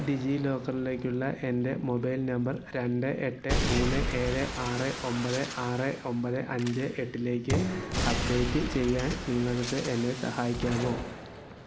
ഡിജിലോക്കറിലേക്കുള്ള എൻ്റെ mobile number രണ്ട് എട്ട് മൂന്ന് ഏഴ് ആറ് ഒമ്പത് ആറ് ഒമ്പത് അഞ്ച് എട്ടിലേക്ക് അപ്ഡേറ്റ് ചെയ്യാൻ നിങ്ങൾക്ക് എന്നെ സഹായിക്കാമോ